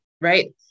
right